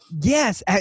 Yes